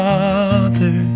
Father